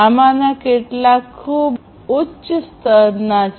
આમાંના કેટલાક ખૂબ ઉચ્ચ સ્તરના છે